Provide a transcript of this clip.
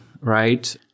right